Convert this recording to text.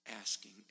asking